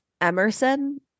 Emerson